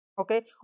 okay